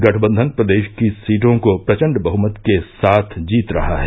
गठबंधन प्रदेश की सीटों को प्रचंड बहुमत के साथ जीत रहा है